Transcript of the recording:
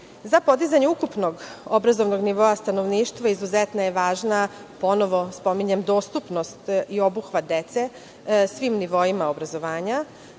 Za podizanje ukupnog obrazovnog nivoa stanovništva izuzetno je važna, ponovo spominjem dostupnost i obuhvat dece u svim nivoima obrazovanja.